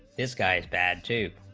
this guy's band two